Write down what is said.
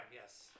yes